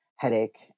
headache